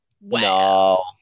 no